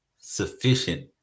sufficient